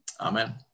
Amen